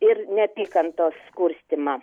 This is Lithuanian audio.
ir neapykantos kurstymą